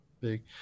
big